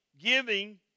giving